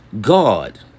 god